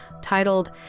titled